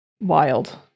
wild